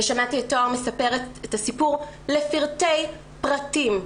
ושמעתי את טוהר מספרת את הסיפור לפרטי פרטים,